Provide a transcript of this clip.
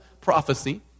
prophecy